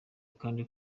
kandi